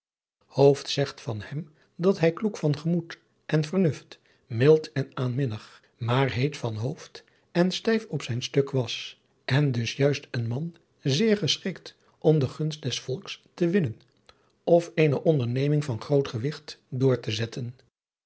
zegt van hem dat hij kloek van gemoed en vernuft mild en aanminnig maar heet van hoofd en stijf op zijn stuk was en dus juist een man zeer geschikt om de gunst des volks te winnen on eene onderneming van groot gewigt door te zetten